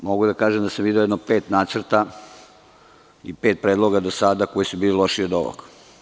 Mogu da kažem da sam video jedno pet nacrta i pet predloga do sada koji su bili lošiji od ovog.